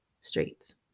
streets